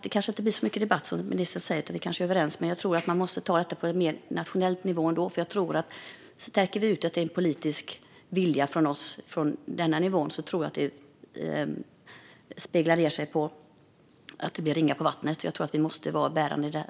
Det kanske inte blir så mycket debatt, som ministern säger, utan vi kanske är överens. Men jag tror ändå att man måste ta itu med detta mer på nationell nivå. Stärker vi den politiska viljan hos oss på denna nivå tror jag att det avspeglar sig och ger ringar på vattnet. Jag tror att vi måste vara bärande där.